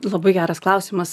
labai geras klausimas